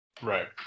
Right